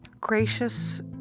gracious